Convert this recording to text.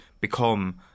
become